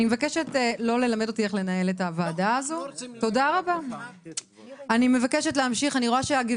תודה רבה, לך.